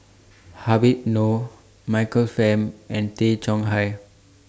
Habib Noh Michael Fam and Tay Chong Hai